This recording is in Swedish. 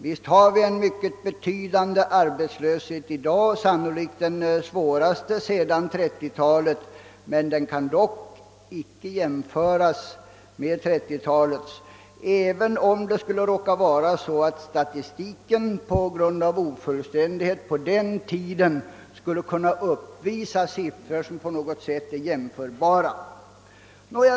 Visst har vi en mycket betydande arbetslöshet i dag — det är sannolikt riktigt att den är den svåraste sedan 1930-talet — men den kan ändå inte jämföras med arbetslösheten då, även om det kan hända att statistiken på grund av sin ofullständighet på den tiden kan uppvisa siffror som på något sätt är jämförbara.